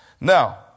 Now